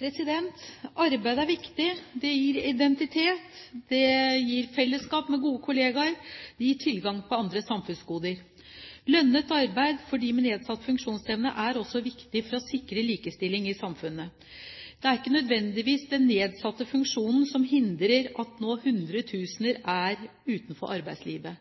det gir tilgang på andre samfunnsgoder. Lønnet arbeid for dem med nedsatt funksjonsevne er også viktig for å sikre likestilling i samfunnet. Det er ikke nødvendigvis den nedsatte funksjonen som hindrer at hundretusener nå er utenfor arbeidslivet.